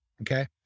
Okay